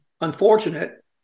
unfortunate